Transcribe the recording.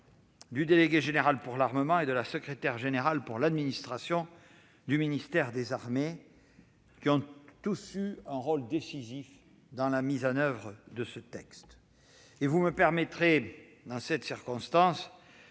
du délégué général pour l'armement et de la secrétaire générale pour l'administration du ministère des armées : ils ont tous joué un rôle décisif dans la mise en oeuvre de ce texte. Permettez-moi, dans cette circonstance